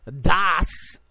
...DAS